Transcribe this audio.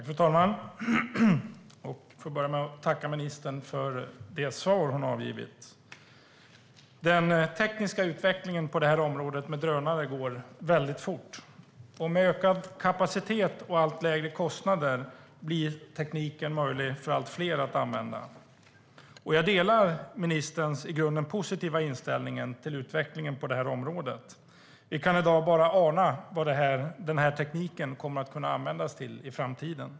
Fru talman! Jag vill börja med att tacka ministern för det svar hon har avgivit. Den tekniska utvecklingen på området med drönare går väldigt fort. Med ökad kapacitet och allt lägre kostnader blir tekniken möjlig för allt fler att använda. Jag delar ministerns i grunden positiva inställning till utvecklingen på området. Vi kan i dag bara ana vad den här tekniken kommer att kunna användas till i framtiden.